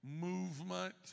movement